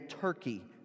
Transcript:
Turkey